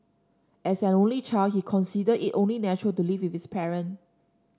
as an only child he consider it only natural to live with his parent